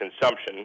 consumption